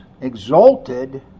exalted